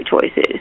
choices